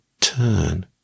turn